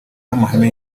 n’amahame